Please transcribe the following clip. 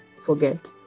forget